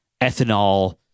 ethanol